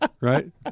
Right